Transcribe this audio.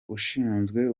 ushinzwe